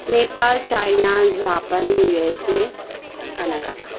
Nepal China Japan USA Karnataka